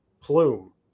Plume